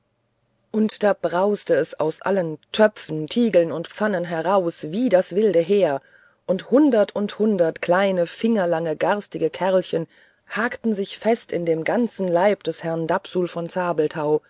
und da brauste es aus allen töpfen tiegeln und pfannen heraus wie das wilde heer und hundert und hundert kleine fingerlange garstige kerlchen hakten sich fest an dem ganzen leibe des herrn dapsul von